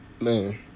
Man